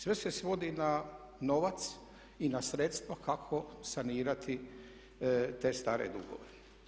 Sve se svodi na novac i na sredstva kako sanirati te stare dugove.